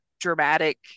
dramatic